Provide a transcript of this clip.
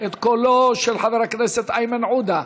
את קולו של חבר הכנסת איימן עודה,